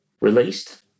released